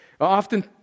often